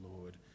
Lord